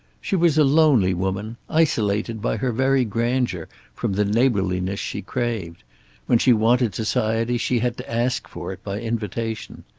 she was a lonely woman, isolated by her very grandeur from the neighborliness she craved when she wanted society she had to ask for it, by invitation.